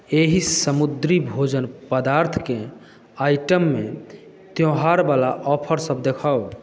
एहि समुद्री भोजन पदार्थकेँ आइटममे त्यौहार बला ऑफर सभ देखाउ